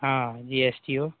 हँ जी S T ओ